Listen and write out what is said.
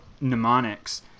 mnemonics